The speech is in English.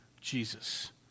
Jesus